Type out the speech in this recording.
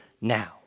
now